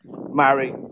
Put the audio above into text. Mary